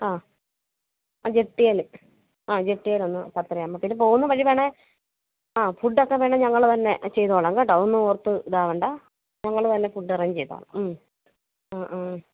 ആ ആ ജെട്ടിയിൽ ആ ജെട്ടിയിലൊന്ന് പത്തരയാവുമ്പം പിന്നെ പോകുന്ന വഴി വേണമെങ്കിൽ ആ ഫുഡൊക്കെ വേണമെങ്കിൽ ഞങ്ങൾ തന്നെ ചെയ്തുകൊളളാം കേട്ടോ ഒന്നും ഓർത്ത് ഇതാവേണ്ട ഞങ്ങൾ തന്നെ ഫുഡ് അറേഞ്ച് ചെയ്തുകൊളളാം ആ ആ